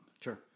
Sure